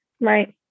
Right